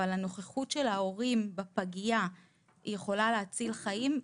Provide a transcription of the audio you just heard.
הנוכחות של ההורים בפגייה יכולה להציל חיים.